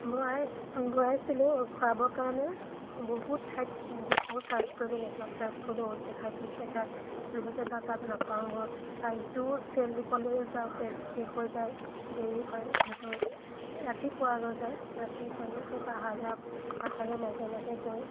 ভৰাই ভৰাইছিলোঁ ভৰাবৰ কাৰণে বহুত ঠাইত ডিপু চাৰ্জ কৰিলোঁ নেটৱৰ্ক চাৰ্জ কৰিলোঁ অ'ত দেখাই ত'ত দেখাই যলৈকে যাওঁ তাত নাপাওঁগৈ বা ইটো তেল ডিপুলৈ যাওঁ তেল শেষ হৈ যায় দেৰি হয় যিহেতু ৰাতিপুৱা হৈ যায় ৰাতিপুৱা গৈ সেই পাহাৰীয়া পাহাৰৰ মাজে মাজে গৈ